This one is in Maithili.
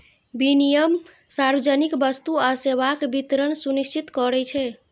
विनियम सार्वजनिक वस्तु आ सेवाक वितरण सुनिश्चित करै छै